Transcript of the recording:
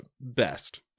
best